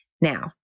Now